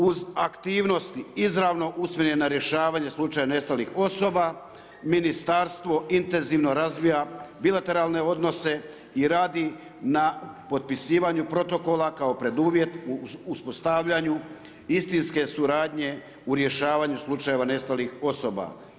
Uz aktivnosti izravno usmjeren na rješavanje slučaja nestalih osoba, ministarstvo intenzivno razvija bilateralne odnose i radi na potpisivanju protokola kao preduvjet u uspostavljanju istinske suradnje u rješavanju slučaja nestalih osoba.